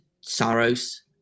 Saros